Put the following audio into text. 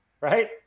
Right